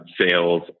sales